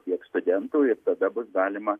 tiek studentų ir tada bus galima